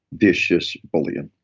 vicious bullying.